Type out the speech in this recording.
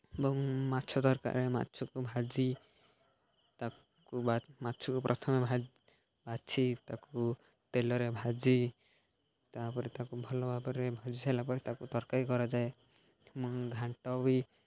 ବୋଉ ଏବଂ ମାଛ ତରକାରୀରେ ମାଛକୁ ଭାଜି ତାକୁ ମାଛକୁ ପ୍ରଥମେ ବାଛି ତାକୁ ତେଲରେ ଭାଜି ତା'ପରେ ତାକୁ ଭଲ ଭାବରେ ଭାଜି ସାରିଲା ପରେ ତାକୁ ତରକାରୀ କରାଯାଏ ଘାଣ୍ଟ ବି